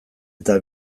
eta